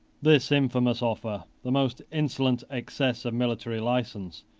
this infamous offer, the most insolent excess of military license,